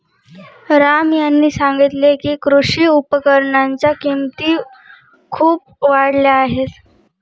राम यांनी सांगितले की, कृषी उपकरणांच्या किमती खूप वाढल्या आहेत